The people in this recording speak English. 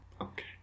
Okay